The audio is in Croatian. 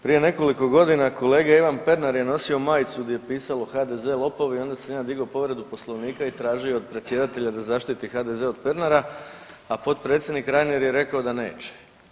Prije nekoliko godine kolega Ivan Pernar je nosio majcu gdje je pisalo HDZ lopovi i onda sam ja digao povredu Poslovnika i tražio od predsjedatelja da zaštiti HDZ od Pernara, a potpredsjednik Reiner je rekao da neće.